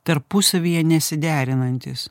tarpusavyje nesiderinantys